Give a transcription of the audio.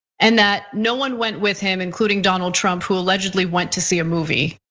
and that no one went with him, including donald trump, who allegedly went to see a movie.